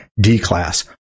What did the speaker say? D-class